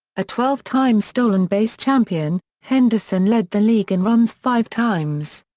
a twelve time stolen base champion, henderson led the league in runs five times.